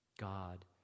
God